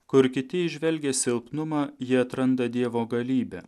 kur kiti įžvelgia silpnumą jie atranda dievo galybę